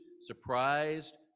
surprised